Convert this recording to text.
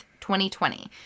2020